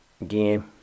again